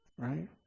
Right